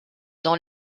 dans